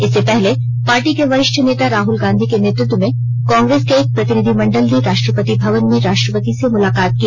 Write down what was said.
इससे पहले पार्टी के वरिष्ठ नेता राहुल गांधी के नेतृत्व में कांग्रेस के एक प्रतिनिधिमंडल ने राष्ट्रपति भवन में राष्ट्रपति से मुलाकात की